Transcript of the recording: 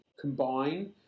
combine